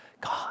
God